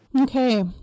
Okay